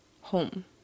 home